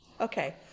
Okay